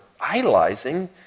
idolizing